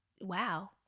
wow